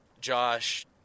josh